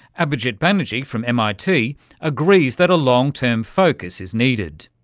abhijit banerjee from mit agrees that a long-term focus is needed.